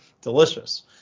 Delicious